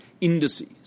indices